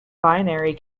binary